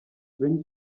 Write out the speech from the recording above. wind